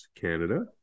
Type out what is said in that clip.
Canada